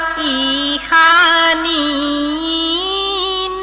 e ah e